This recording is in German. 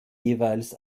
jeweils